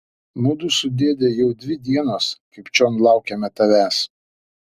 mudu su dėde jau dvi dienos kaip čion laukiame tavęs